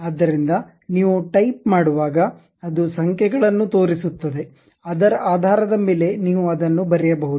ಆದ್ದರಿಂದ ನೀವು ಟೈಪ್ ಮಾಡುವಾಗ ಅದು ಸಂಖ್ಯೆಗಳನ್ನು ತೋರಿಸುತ್ತದೆ ಅದರ ಆಧಾರದ ಮೇಲೆ ನೀವು ಅದನ್ನು ಬರೆಯಬಹುದು